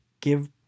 give